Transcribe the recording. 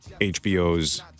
HBO's